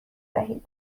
دهید